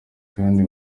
kandi